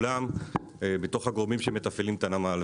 כולם בתוך הגורמים שמתפעלים את הנמל.